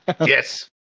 yes